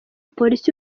polisi